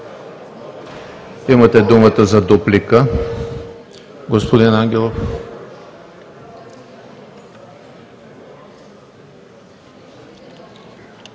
Имате думата за дуплика, господин Ангелов.